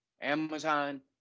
Amazon